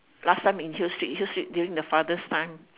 last time in hill street hill street during the father's time